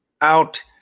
out